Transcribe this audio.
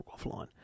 offline